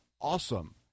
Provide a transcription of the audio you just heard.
awesome